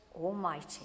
almighty